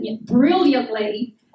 brilliantly